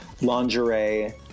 lingerie